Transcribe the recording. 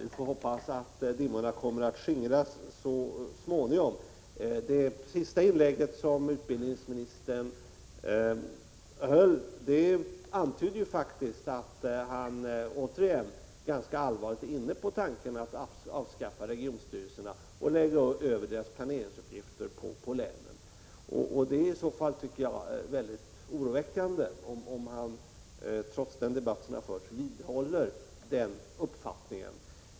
Vi får hoppas att dimmorna kommer att skingras så småningom. Det senaste anförande utbildningsministern höll antydde faktiskt att han återigen allvarligt skulle vara inne på tanken att avskaffa regionstyrelserna och lägga över deras planeringsuppgifter på länen. Det är oroväckande om han trots den debatt som har förts vidhåller denna uppfattning.